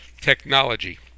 technology